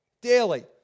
daily